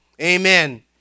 amen